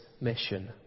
mission